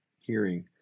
hearing